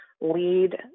lead